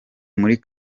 muri